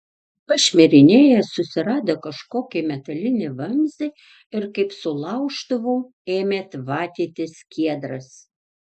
pašmirinėjęs susirado kažkokį metalinį vamzdį ir kaip su laužtuvu ėmė tvatyti skiedras